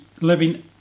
living